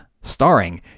Starring